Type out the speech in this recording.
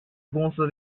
公司